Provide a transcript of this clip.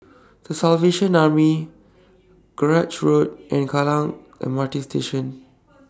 The Salvation Army Grange Road and Kallang M R T Station